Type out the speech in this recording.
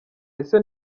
ese